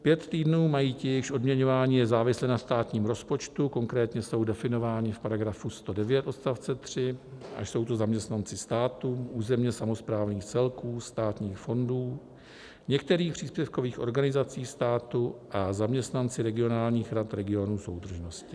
Pět týdnů mají ti, jejichž odměňování je závislé na státním rozpočtu, konkrétně jsou definováni v § 109 odst. 3, a jsou to zaměstnanci státu, územních samosprávných celků, státních fondů, některých příspěvkových organizací státu a zaměstnanci regionálních rad regionů soudržnosti.